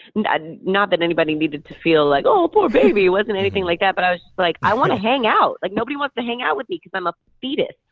and not that anybody needed to feel like, oh, poor baby! it wasn't anything like that. but i was like, i want to hang out. like, nobody wants to hang out with me cause i'm a fetus!